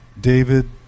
David